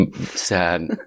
sad